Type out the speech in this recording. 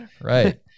right